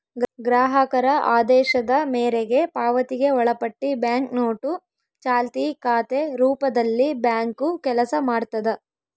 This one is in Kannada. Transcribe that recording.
ಗ್ರಾಹಕರ ಆದೇಶದ ಮೇರೆಗೆ ಪಾವತಿಗೆ ಒಳಪಟ್ಟಿ ಬ್ಯಾಂಕ್ನೋಟು ಚಾಲ್ತಿ ಖಾತೆ ರೂಪದಲ್ಲಿಬ್ಯಾಂಕು ಕೆಲಸ ಮಾಡ್ತದ